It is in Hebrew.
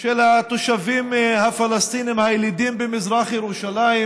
של התושבים הפלסטינים הילידים במזרח ירושלים,